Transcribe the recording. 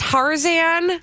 Tarzan